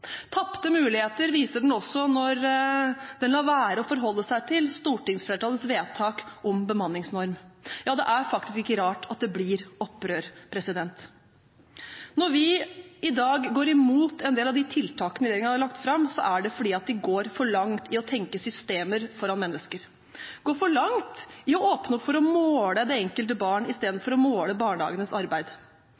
Tapte muligheter viser den også når den lar være å forholde seg til stortingsflertallets vedtak om bemanningsnorm. Ja, det er faktisk ikke rart at det blir opprør. Når vi i dag går imot en del av de tiltakene regjeringen har lagt fram, er det fordi de går for langt i å tenke systemer foran mennesker. De går for langt i å åpne opp for å måle det enkelte barn